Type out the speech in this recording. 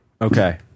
Okay